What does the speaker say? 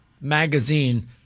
magazine